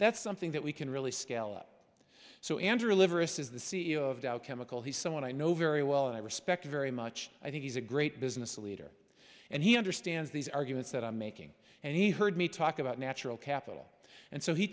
that's something that we can really scale up so andrew liveris is the c e o of dow chemical he's someone i know very well and i respect very much i think he's a great business leader and he understands these arguments that i'm making and he heard me talk about natural capital and so he